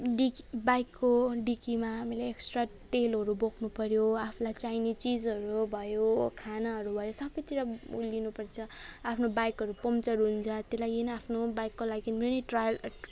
डिक बाइकको डिकीमा हामीलाई एक्सट्रा तेलहरू बोक्नुपर्यो आफूलाई चाहिने चिजहरू भयो खानाहरू भयो सबैतिर ऊ लिनुपर्छ आफ्नो बाइकहरू पङचर हुन्छ त्यही लागि आफ्नो बाइकको लागि पनि ट्राई